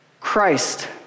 Christ